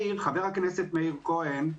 חבר הכנסת מאיר כהן,